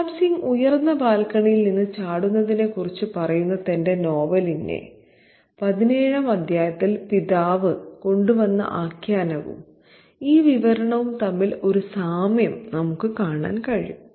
പ്രതാബ് സിംഗ് ഉയർന്ന ബാൽക്കണിയിൽ നിന്ന് ചാടുന്നതിനെ കുറിച്ച് പറയുന്ന തന്റെ നോവലിന്റെ പതിനേഴാം അധ്യായത്തിൽ പിതാവ് കൊണ്ടുവന്ന ആഖ്യാനവും ഈ വിവരണവും തമ്മിൽ ഒരു സാമ്യം നമുക്ക് കാണാൻ കഴിയും